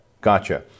Gotcha